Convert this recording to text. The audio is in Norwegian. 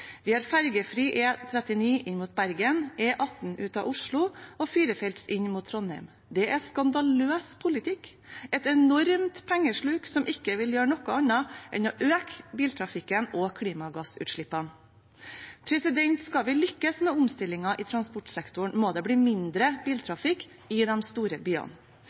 Vi har fergefri E39 inn mot Bergen, E18 ut av Oslo og firefelts inn mot Trondheim. Det er skandaløs politikk, et enormt pengesluk, som ikke vil gjøre noe annet enn å øke biltrafikken og klimagassutslippene. Skal vi lykkes med omstillingen i transportsektoren, må det bli mindre biltrafikk i de store byene.